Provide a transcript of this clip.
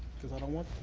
cause i don't want